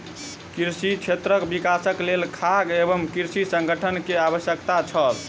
कृषि क्षेत्रक विकासक लेल खाद्य एवं कृषि संगठन के आवश्यकता छल